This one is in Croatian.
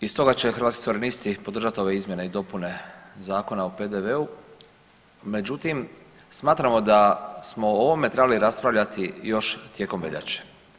I stoga će Hrvatski suverenisti podržati ove izmjene i dopune Zakona o PDV-u, međutim smatramo da smo o ovome trebali raspravljati još tijekom veljače.